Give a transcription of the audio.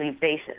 basis